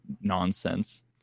nonsense